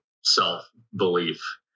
self-belief